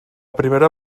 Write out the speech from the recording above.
primera